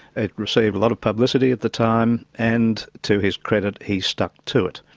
it received a lot of publicity at the time and, to his credit, he stuck to it.